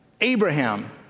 abraham